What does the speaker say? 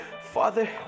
Father